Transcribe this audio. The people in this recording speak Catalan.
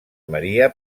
maria